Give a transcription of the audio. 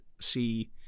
see